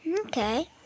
Okay